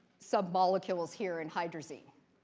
submolecules here in hydrozine.